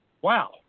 Wow